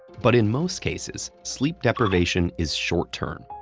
but in most cases, sleep deprivation is short-term.